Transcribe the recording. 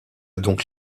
donc